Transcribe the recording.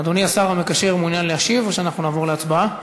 אדוני השר המקשר מעוניין להשיב או שנעבור להצבעה?